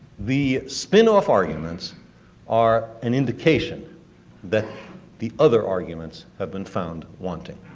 the spin off arguments are an indication that the other arguments have been found wanting